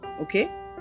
okay